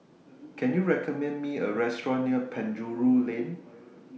Can YOU recommend Me A Restaurant near Penjuru Lane